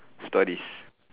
stories